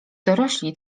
dorośli